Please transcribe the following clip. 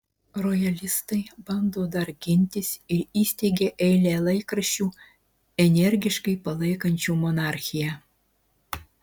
rojalistai bando dar gintis ir įsteigia eilę laikraščių energiškai palaikančių monarchiją